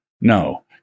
No